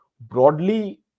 broadly